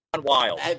wild